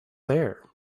there